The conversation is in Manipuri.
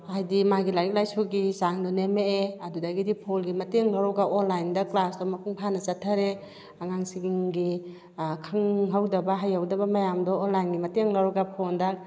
ꯍꯥꯏꯗꯤ ꯃꯥꯒꯤ ꯂꯥꯏꯔꯤꯛ ꯂꯥꯏꯁꯨꯒꯤ ꯆꯥꯡꯗꯨ ꯅꯦꯝꯃꯛꯑꯦ ꯑꯗꯨꯗꯒꯤꯗꯤ ꯐꯣꯟꯒꯤ ꯃꯇꯦꯡ ꯂꯧꯔꯒ ꯑꯣꯟꯂꯥꯏꯟꯗ ꯀ꯭ꯂꯥꯁꯇꯣ ꯃꯄꯨꯡ ꯐꯥꯅ ꯆꯠꯊꯔꯦ ꯑꯉꯥꯡꯁꯤꯡꯒꯤ ꯈꯪꯍꯧꯗꯕ ꯍꯩꯍꯧꯗꯕ ꯃꯌꯥꯝꯗꯣ ꯑꯣꯟꯂꯥꯏꯟꯒꯤ ꯃꯇꯦꯡ ꯂꯧꯔꯒ ꯐꯣꯟꯗ